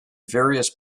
various